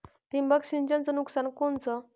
ठिबक सिंचनचं नुकसान कोनचं?